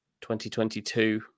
2022